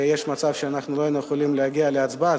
ויש מצב שאנחנו לא היינו יכולים להגיע להצבעה,